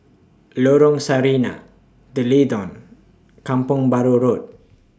Lorong Sarina D'Leedon Kampong Bahru Road